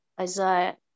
Isaiah